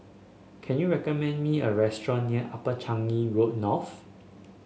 can you recommend me a restaurant near Upper Changi Road North